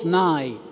nigh